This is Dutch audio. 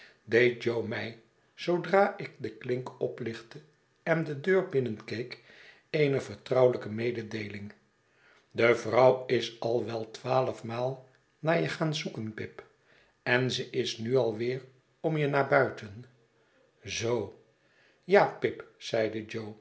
deed jo mij zoodra ik de klink ophchtte en de deur binnenkeek eene vertrouwehjke mededeeling de vrouw is al wel twaalfmaal naar je gaan zoeken pip en ze is nu aiweer om je naar buiten zoo ja pip zeide jo